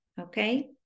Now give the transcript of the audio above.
Okay